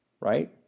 right